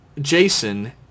Jason